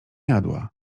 jadła